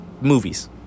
Movies